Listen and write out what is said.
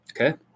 Okay